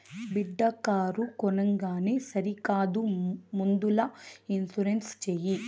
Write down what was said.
బిడ్డా కారు కొనంగానే సరికాదు ముందల ఇన్సూరెన్స్ చేయి